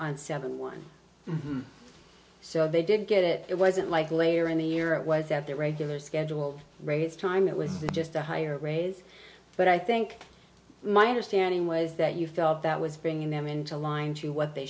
on seventy one so they didn't get it it wasn't like layer in the year it was at their regular scheduled rates time it was just a higher raise but i think my understanding was that you felt that was bringing them into line to what they